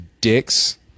dicks